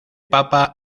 papa